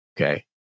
okay